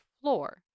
floor